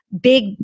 big